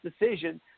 decision